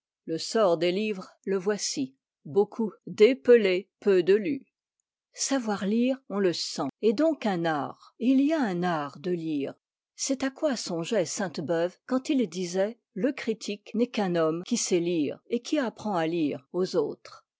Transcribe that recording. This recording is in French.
le sort des livres le voici beaucoup d'épelés peu de lus savoir lire on le sent est donc un art et il y a un art de lire c'est à quoi songeait sainte-beuve quand il disait le critique n'est qu'un homme qui sait lire et qui apprend à lire aux autres